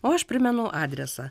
o aš primenu adresą